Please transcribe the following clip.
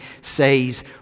says